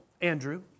Andrew